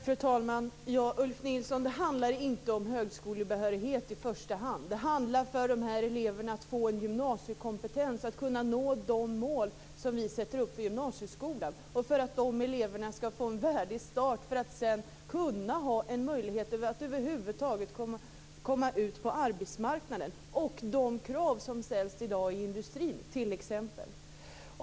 Fru talman! Det handlar inte om högskolebehörighet i första hand, utan för de här eleverna handlar det om att få gymnasiekompetens och kunna nå de mål som vi sätter upp för gymnasieskolan, för att de eleverna skall få en värdig start och sedan ha möjlighet att komma ut på arbetsmarknaden och uppfylla de krav som i dag ställs i t.ex. industrin.